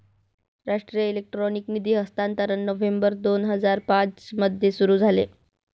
राष्ट्रीय इलेक्ट्रॉनिक निधी हस्तांतरण नोव्हेंबर दोन हजार पाँच मध्ये सुरू झाले